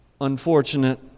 unfortunate